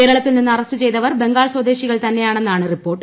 കേരള ത്തിൽ നിന്നു അറസ്റ്റ് ചെയ്തവർ ബംഗാൾ സ്വദേശികൾ തന്നെയാ ണെന്നാണ് റിപ്പോർട്ട്